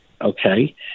okay